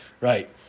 right